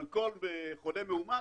על כל חולה מאומת